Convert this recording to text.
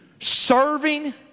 serving